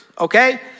okay